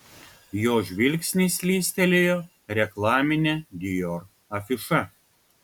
jo žvilgsnis slystelėjo reklamine dior afiša